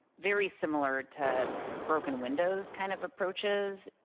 very similar to broken windows kind of approaches.